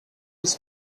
his